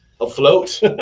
afloat